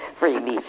freebie